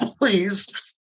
please